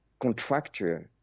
contracture